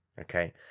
Okay